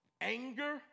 anger